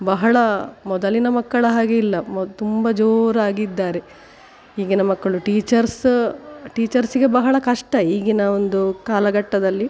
ಬಹಳ ಮೊದಲಿನ ಮಕ್ಕಳ ಹಾಗೆ ಇಲ್ಲ ಮೊದ್ ತುಂಬ ಜೋರಾಗಿದ್ದಾರೆ ಈಗಿನ ಮಕ್ಕಳು ಟೀಚರ್ಸ ಟೀಚರ್ಸಿಗೆ ಬಹಳ ಕಷ್ಟ ಈಗಿನ ಒಂದು ಕಾಲಘಟ್ಟದಲ್ಲಿ